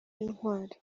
intwali